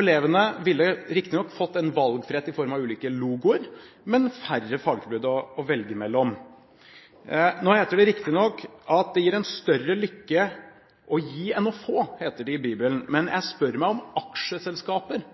Elevene ville riktignok fått en valgfrihet i form av ulike logoer, men færre fagtilbud å velge mellom. Nå heter det riktignok i Bibelen at det gir en større lykke å gi enn å få. Men jeg spør meg om aksjeselskaper